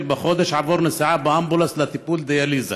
בחודש עבור נסיעה באמבולנס לטיפול דיאליזה